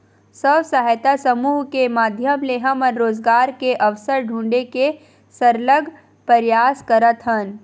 स्व सहायता समूह के माधियम ले हमन रोजगार के अवसर ढूंढे के सरलग परयास करत हन